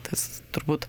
tas turbūt